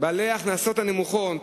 בעלי ההכנסות הנמוכות,